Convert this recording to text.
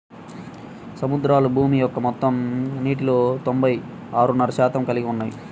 సముద్రాలు భూమి యొక్క మొత్తం నీటిలో తొంభై ఆరున్నర శాతం కలిగి ఉన్నాయి